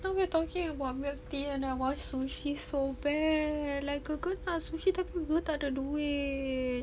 !huh! why you talking about milk tea and I want sushi so bad like girl girl nak sushi tapi girl girl tak ada duit